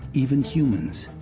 even humans.